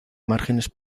márgenes